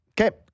Okay